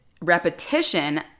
repetition